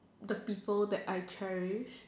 the people that I cherish